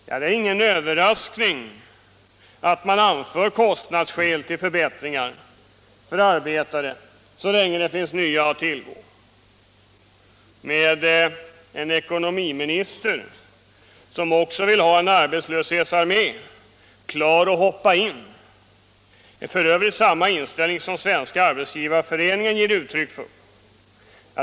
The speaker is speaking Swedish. Det är ingen överraskning att man anför kostnadsskäl för att motsätta sig förbättringar för arbetare så länge det finns nya arbetare att tillgå, och en ekonomiminister som också vill ha en arbetslöshetsarmé, klar att hoppa in — f. ö. samma inställning som den Svenska arbetsgivareföreningen ger uttryck för.